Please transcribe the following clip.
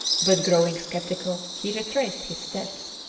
but growing sceptical, he retraced his steps.